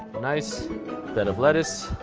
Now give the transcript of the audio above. nice bed of lettuce.